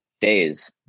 days